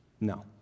No